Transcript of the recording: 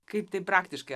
kaip tai praktiška